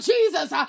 Jesus